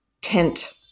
tent